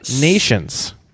nations